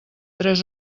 tres